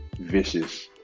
vicious